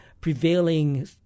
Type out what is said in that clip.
prevailing